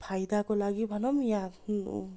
फाइदाको लागि भनौँ वा